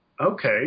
okay